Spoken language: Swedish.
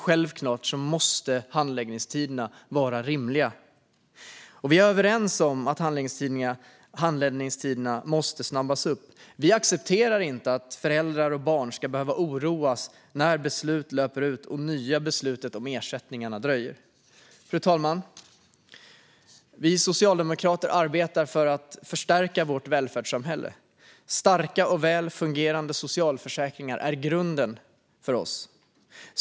Självklart måste handläggningstiderna vara rimliga. Vi är överens om att handläggningstiderna måste snabbas upp. Vi accepterar inte att föräldrar och barn ska behöva oroas när beslut löper ut och nya beslut om ersättningar dröjer. Fru talman! Vi socialdemokrater arbetar för att förstärka vårt välfärdssamhälle. Starka och väl fungerande socialförsäkringar är grunden för oss.